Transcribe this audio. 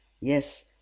yes